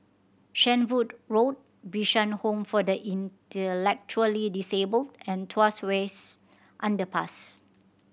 Shenvood Road Bishan Home for the Intellectually Disabled and Tuas Wests Underpass